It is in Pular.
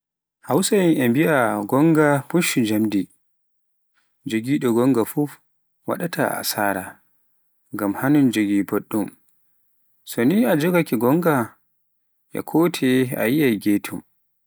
Hausa'en e mbiaa goonga fucci jammdi, jogiɗoo gonnga fuf, wadɗayi asaara, ngam hannun jogi boɗɗum, so ne a jogaake gonnga e ko toye yiiai getum.